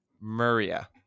Maria